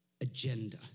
agenda